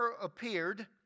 appeared